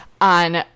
on